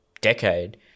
decade